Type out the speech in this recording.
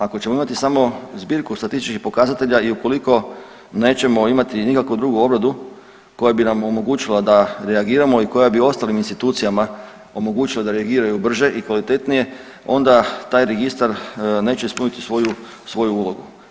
Ako ćemo imati samo zbirku statističkih pokazatelja i ukoliko nećemo imati nikakvu drugu obradu koja bi nam omogućila da reagiramo i koja bi ostalim institucijama omogućila reagiraju brže i kvalitetnije onda taj registar neće ispuniti svoju, svoju ulogu.